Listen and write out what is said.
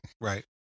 right